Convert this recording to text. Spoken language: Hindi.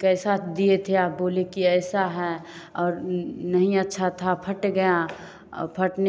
कैसा दिए थे आप बोले कि ऐसा है और नहीं अच्छा था फट गया और फटने